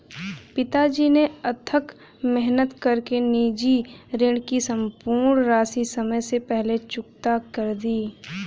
पिताजी ने अथक मेहनत कर के निजी ऋण की सम्पूर्ण राशि समय से पहले चुकता कर दी